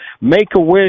Make-A-Wish